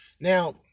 Now